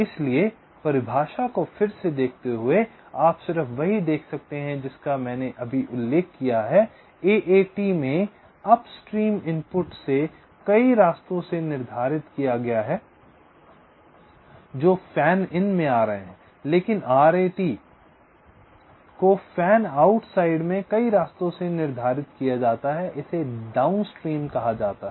इसलिए परिभाषा को फिर से देखते हुए आप सिर्फ वही देख सकते हैं जिसका मैंने अभी उल्लेख किया है AAT में अपस्ट्रीम इनपुट से कई रास्तों से निर्धारित किया गया है जो फैन इन में आ रहे हैं लेकिन आरएटी को फैन आउट साइड में कई रास्तों से निर्धारित किया जाता है इसे डाउनस्ट्रीम कहा जाता है